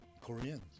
Koreans